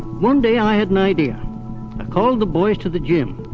one day i had an idea. i called the boys to the gym,